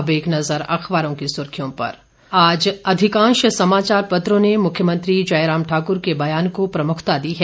अब एक नजर अखबारों की सुर्खियों पर आज अधिकांश समाचार पत्रों ने मुख्यमंत्री जयराम ठाक़्र के बयान को प्रमुखता दी है